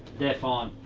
they're fine.